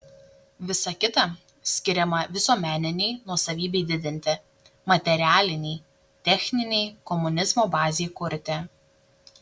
visa kita skiriama visuomeninei nuosavybei didinti materialinei techninei komunizmo bazei kurti